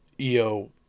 EO